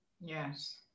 Yes